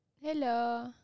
Hello